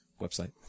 website